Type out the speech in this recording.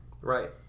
Right